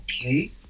Okay